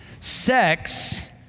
Sex